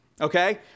okay